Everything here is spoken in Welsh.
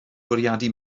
bwriadu